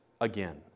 again